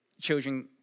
children